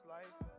life